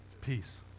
peace